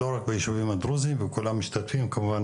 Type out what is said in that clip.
לא רק בישובים הדרוזים וכולם משתתפים כמובן,